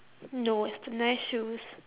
no it's the nice shoes